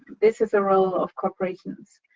this is a role of corporations.